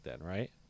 right